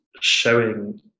showing